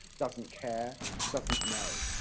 doesn't care, doesn't know.